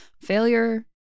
failure